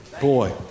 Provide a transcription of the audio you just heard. Boy